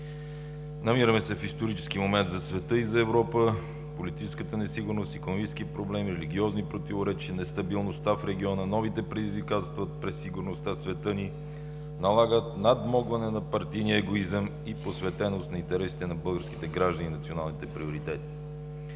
Намираме се в исторически момент за света и за Европа. Политическата несигурност, икономическите проблеми, религиозните противоречия, нестабилността в региона, новите предизвикателства пред сигурността в света ни налагат надмогване на партийния егоизъм и посветеност на интересите на българските граждани и националните приоритети.